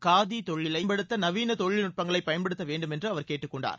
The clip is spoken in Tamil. காதியை மேம்படுத்த நவீன தொழில்நுட்பங்களை பயன்படுத்த வேண்டும் என்று அவர் கேட்டுக் கொண்டார்